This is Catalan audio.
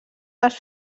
les